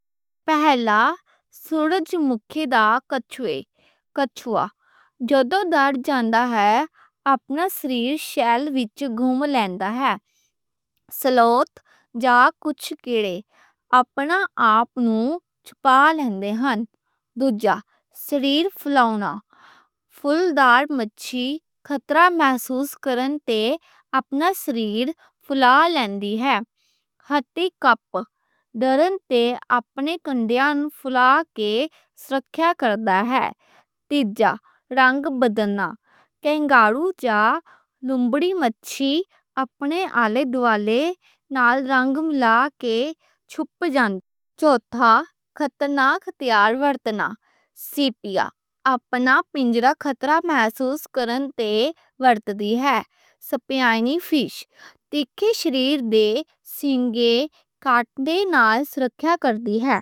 پہلا، کچھوا جدو ڈر جاندا، اپنا سریر شیل وچ گم لیندا. سلوت جا کچھ کیڑے، اپنا آپ نوں چھپا لیندے. دوجھا، سریر پھلاؤنا مچھّی، خطرہ محسوس کرن تے اپنا سریر پھلا لیندی ہے. ہیج ہاگ، ڈرن تے اپنے کانٹیاں نوں پھلا کے سرکھیا کردا. تیجا، رنگ بدلنا کینگارو جا لومبیڈی مچھّی، اپنے آلے دوالے نال رنگ ملا کے چھپ جان. چھوتھا، خطرناک ہتھیار ورتنا، سپیاں، اپنا پنجرہ خطرہ محسوس کرن تے ورت دی. سپیانی فش، تِکّھے سریر دے سنگ کاٹنے نال سرکھیا کردی ہے.